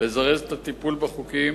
לזרז את הטיפול בחוקים